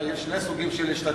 יש שני סוגי השתתפות: